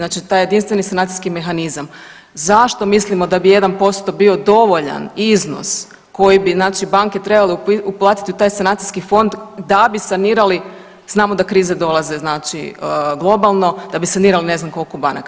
Znači taj jedinstveni sanacijski mehanizam zašto mislimo da bi 1% bio dovoljan iznos koji bi znači banke trebale uplatiti u taj sanacijski fond da bi sanirali, znamo da krize dolaze znači globalno, da bi sanirali ne znam koliko banaka.